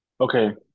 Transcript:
Okay